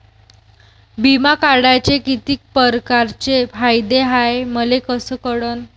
बिमा काढाचे कितीक परकारचे फायदे हाय मले कस कळन?